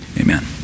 Amen